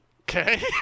okay